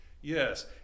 Yes